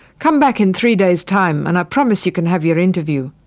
come back in three days time and i promise you can have your interview.